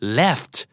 left